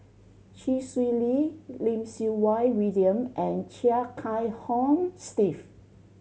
Chee Swee Lee Lim Siew Wai William and Chia Kiah Hong Steve